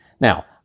Now